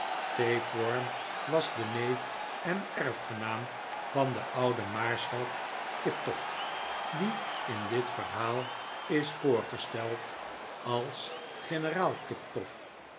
tapeworm was de neef en erfgenaam van den ouden maarschalk tiptoff die in dit verhaal is voorgesteld als generaal tiptoff